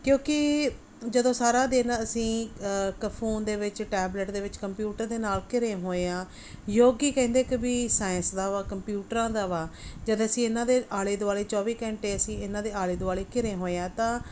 ਕਿਉਂਕਿ ਜਦੋਂ ਸਾਰਾ ਦਿਨ ਅਸੀਂ ਕ ਫੋਨ ਦੇ ਵਿੱਚ ਟੈਬਲੇਟ ਦੇ ਵਿੱਚ ਕੰਪਿਊਟਰ ਦੇ ਨਾਲ ਘਿਰੇ ਹੋਏ ਹਾਂ ਯੁੱਗ ਹੀ ਕਹਿੰਦੇ ਕਿ ਵੀ ਸਾਇੰਸ ਦਾ ਵਾ ਕੰਪਿਊਟਰਾਂ ਦਾ ਵਾ ਜਦੋਂ ਅਸੀਂ ਇਹਨਾਂ ਦੇ ਆਲੇ ਦੁਆਲੇ ਚੌਵੀ ਘੰਟੇ ਅਸੀਂ ਇਹਨਾਂ ਦੇ ਆਲੇ ਦੁਆਲੇ ਘਿਰੇ ਹੋਏ ਹਾਂ ਤਾਂ